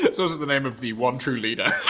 that's also the name of the one true leader.